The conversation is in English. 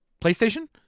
PlayStation